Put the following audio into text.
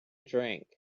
drink